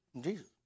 Jesus